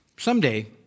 Someday